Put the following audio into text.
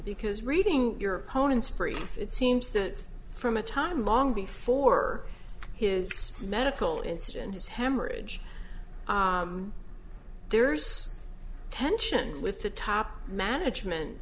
because reading your opponents free it seems that from a time long before his medical incident his hemorrhage there's tension with the top management